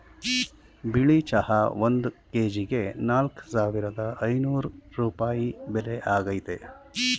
ಬಿಳಿ ಚಹಾ ಒಂದ್ ಕೆಜಿಗೆ ನಾಲ್ಕ್ ಸಾವಿರದ ಐನೂರ್ ರೂಪಾಯಿ ಬೆಲೆ ಆಗೈತೆ